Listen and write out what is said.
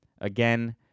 Again